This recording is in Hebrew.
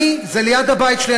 זה ליד הבית שלי,